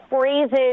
phrases